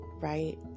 right